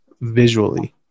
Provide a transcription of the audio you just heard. visually